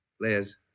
Liz